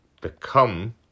become